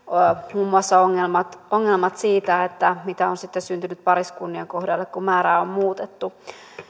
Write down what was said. muun muassa ne ongelmat mitä on sitten syntynyt pariskuntien kohdalle kun määrää on muutettu